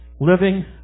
Living